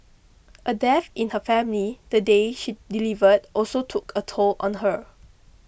a death in her family the day she delivered also took a toll on her